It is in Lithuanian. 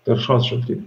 taršos šaltinių